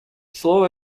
слово